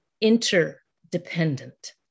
interdependent